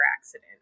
accident